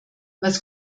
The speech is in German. was